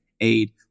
aid